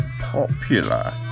popular